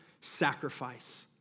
sacrifice